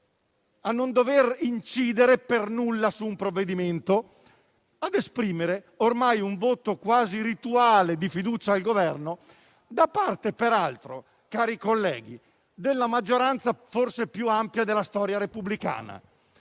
minimamente incidere su un provvedimento, e ad esprimere ormai un voto quasi rituale di fiducia al Governo, da parte peraltro, cari colleghi, della maggioranza forse più ampia della storia repubblicana,